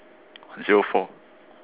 zero four